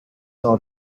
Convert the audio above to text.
saw